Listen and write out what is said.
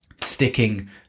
sticking